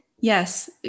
Yes